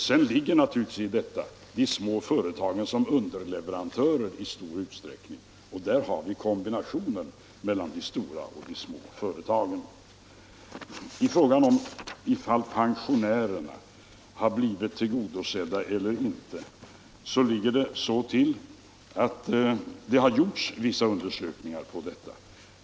Sedan är naturligtvis de små företagen underleverantörer i stor utsträckning, och där har vi kopplingen mellan de stora och de små företagen. I fråga om pensionärerna ligger det så till att vissa undersökningar har gjorts.